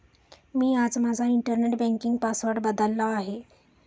मी आज माझा internet banking password बदलला आहे